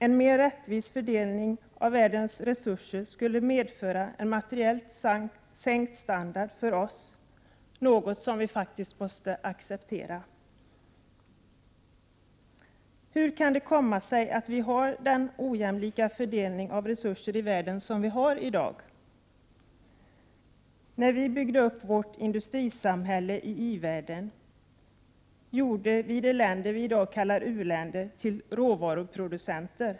En mer rättvis fördelning av världens resurser skulle medföra sänkt materiell standard för oss — något som vi måste acceptera. Hur kan det komma sig att vi har den ojämlika fördelning av resurser i världen som vi har i dag? När vi i i-världen byggde upp vårt industrisamhälle, gjorde vi de länder som vi i dag kallar u-länder till råvaruproducenter.